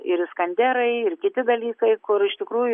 ir iskanderai ir kiti dalykai kur iš tikrųjų